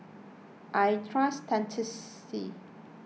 I trust dentiste